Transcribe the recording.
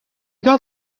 got